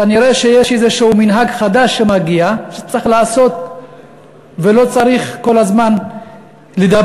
כנראה שיש איזה מנהג חדש שמגיע: שצריך לעשות ולא צריך כל הזמן לדבר,